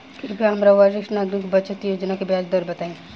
कृपया हमरा वरिष्ठ नागरिक बचत योजना के ब्याज दर बताई